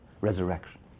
resurrection